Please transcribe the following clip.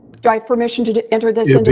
do i have permission to to enter this into